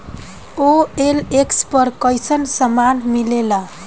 OLX पर कइसन सामान मीलेला?